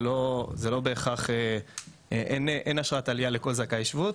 זה לא בהכרח -- אין אשרת עלייה לכל זכאי שבות.